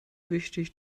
wichtig